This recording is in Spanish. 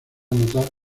notar